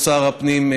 הפנים.